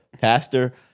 pastor